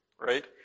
right